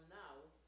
now